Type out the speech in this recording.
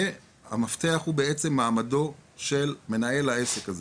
והמפתח הוא מעמדו של מנהל העסק הזה.